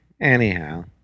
Anyhow